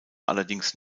allerdings